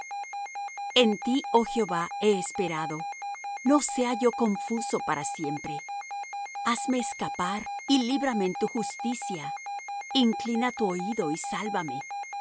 en ti oh jehová he esperado no sea yo confuso para siempre hazme escapar y líbrame en tu justicia inclina tu oído y sálvame